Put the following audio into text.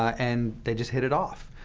and they just hit it off.